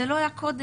זה לא היה קודם,